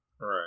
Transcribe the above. Right